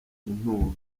inturo